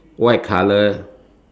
white color